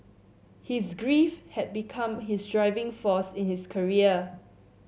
his grief had become his driving force in his career